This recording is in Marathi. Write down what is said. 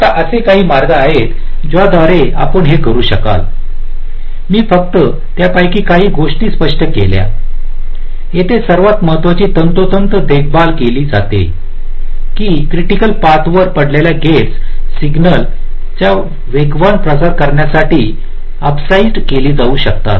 आता असे काही मार्ग आहेत ज्याद्वारे आपण ते करू शकाल मी फक्त त्यापैकी काही गोष्टी स्पष्ट केल्या येथे सर्वात महत्वाची तंतोतंत देखभाल केली जाते की क्रिटीकल पाथ वर पडलेले गेट्स सिग्नलचा वेगवान प्रसार करण्यासाठी अपसाइझ केले जाऊ शकतात